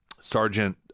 Sergeant